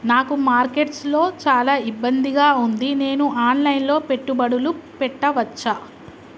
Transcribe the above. నాకు మార్కెట్స్ లో చాలా ఇబ్బందిగా ఉంది, నేను ఆన్ లైన్ లో పెట్టుబడులు పెట్టవచ్చా?